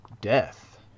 death